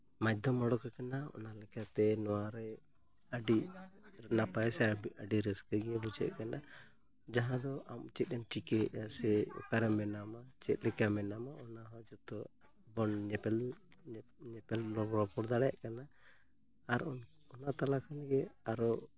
ᱢᱟᱫᱽᱫᱷᱚᱢ ᱚᱰᱳᱠ ᱟᱠᱟᱱᱟ ᱚᱱᱟ ᱞᱮᱠᱟᱛᱮ ᱱᱚᱣᱟᱨᱮ ᱟᱹᱰᱤ ᱱᱟᱯᱟᱭ ᱥᱮ ᱟᱹᱰᱤ ᱨᱟᱹᱥᱠᱟᱹᱜᱮ ᱵᱩᱡᱷᱟᱹᱜ ᱠᱟᱱᱟ ᱡᱟᱦᱟᱸ ᱫᱚ ᱟᱢ ᱪᱮᱫ ᱮᱢ ᱪᱤᱠᱟᱹᱭᱮᱫᱼᱟ ᱥᱮ ᱚᱠᱟᱨᱮ ᱢᱮᱱᱟᱢᱟ ᱪᱮᱫ ᱞᱮᱠᱟ ᱢᱮᱱᱟᱢᱟ ᱚᱱᱟᱦᱚᱸ ᱡᱚᱛᱚᱵᱚᱱ ᱧᱮᱯᱮᱞ ᱨᱚᱯᱚᱲ ᱫᱟᱲᱮᱭᱟᱜ ᱠᱟᱱᱟ ᱟᱨ ᱚᱱᱟ ᱛᱟᱞᱟ ᱠᱷᱚᱱᱜᱮ ᱟᱨᱚ